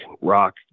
rock